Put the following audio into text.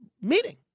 meeting